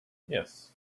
yes